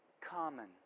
common